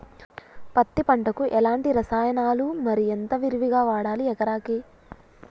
పత్తి పంటకు ఎలాంటి రసాయనాలు మరి ఎంత విరివిగా వాడాలి ఎకరాకి?